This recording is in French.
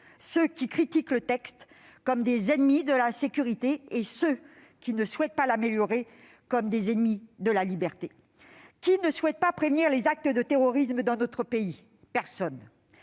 ceux qui critiquent le texte comme des ennemis de la sécurité et ceux qui ne souhaitent pas l'améliorer comme des ennemis de la liberté ! Qui ne souhaite pas prévenir les actes de terrorisme dans notre pays ? Personne.